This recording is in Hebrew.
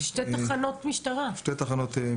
זה שתי תחנות משטרה.